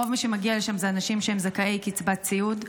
רוב מי שמגיעים לשם הם אנשים שהם זכאי קצבת סיעוד.